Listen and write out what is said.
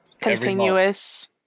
Continuous